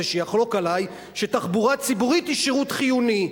שיחלוק עלי שתחבורה ציבורית היא שירות חיוני.